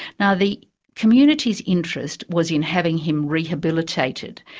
now the community's interest was in having him rehabilitated,